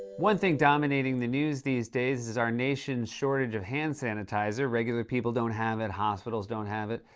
one thing dominating the news, these days, is our nation's shortage of hand sanitizer. regular people don't have it. hospitals don't have it.